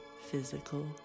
physical